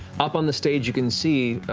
up on the stage, you can see,